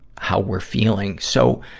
how we're feeling. so,